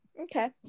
Okay